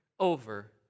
over